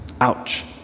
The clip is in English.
Ouch